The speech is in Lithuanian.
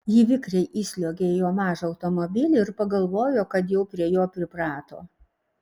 ji vikriai įsliuogė į jo mažą automobilį ir pagalvojo kad jau prie jo priprato